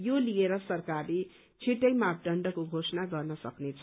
यो लिएर सरकारले छिट्टै मापदण्डको घोषणा गर्न सक्नेछ